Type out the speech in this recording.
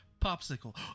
Popsicle